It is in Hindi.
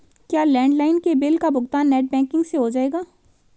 क्या लैंडलाइन के बिल का भुगतान नेट बैंकिंग से हो जाएगा?